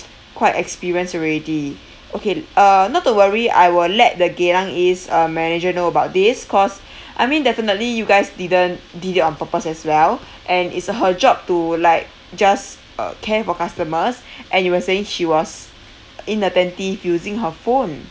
quite experienced already okay uh not to worry I will let the geylang east uh manager know about this cause I mean definitely you guys didn't did it on purpose as well and it's her job to like just uh care for customers and you were saying she was inattentive using her phone